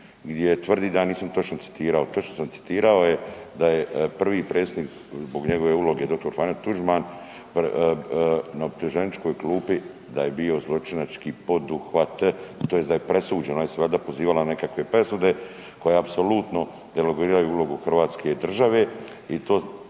gdje tvrdi da ja nisam točno citirao. Točno sam citirao da je prvi predsjednik zbog njegove uloge dr. Franjo Tuđman na optuženičkoj klupi da je bio zločinački poduhvat tj. da je presuđen. Ona se je valjda pozivala na nekakve presude koje apsolutno delegiraju ulogu hrvatske države